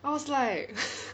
I was like